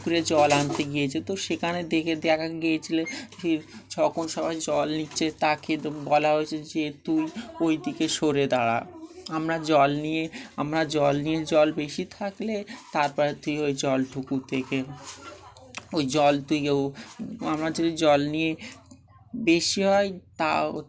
পুকুরে জল আনতে গিয়েছে তো সেখানে দেখে দেখা গিয়েছিল যে যখন সবাই জল নিচ্ছে তাকে বলা হয়েছে যে তুই ওই দিকে সরে দাঁড়া আমরা জল নিয়ে আমরা জল নিয়ে জল বেশি থাকলে তারপরে তুই ওই জল পুকুর থেকে ওই জল তুই ও আমরা যদি জল নিয়ে বেশি হয় তা